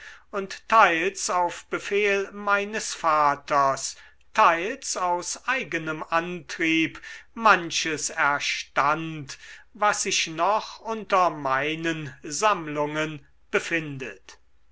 und teils auf befehl meines vaters teils aus eigenem antrieb manches erstand was sich noch unter meinen sammlungen befindet